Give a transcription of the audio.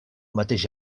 mateix